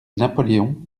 napoléon